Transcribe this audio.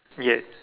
ya